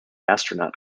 astronaut